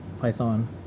Python